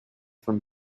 from